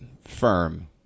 firm